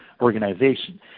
organization